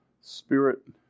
Spirit